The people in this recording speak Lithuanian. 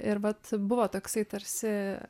ir vat buvo toksai tarsi